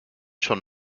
schon